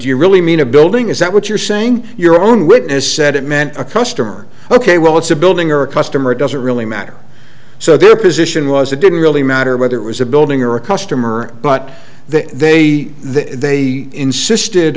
you really mean a building is that what you're saying your own witness said it meant a customer ok well it's a building or a customer doesn't really matter so their position was it didn't really matter whether it was a building or a customer but that they they insisted